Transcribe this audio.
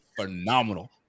phenomenal